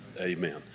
Amen